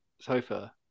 sofa